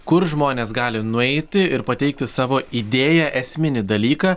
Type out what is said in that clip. kur žmonės gali nueiti ir pateikti savo idėją esminį dalyką